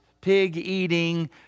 pig-eating